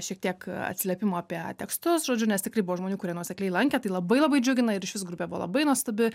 šiek tiek atsiliepimų apie tekstus žodžiu nes tikrai buvo žmonių kurie nuosekliai lankė tai labai labai džiugina ir iš vis grupė buvo labai nuostabi